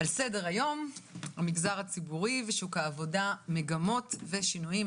על סדר היום: המגזר הציבורי ושוק העבודה מגמות ושינויים.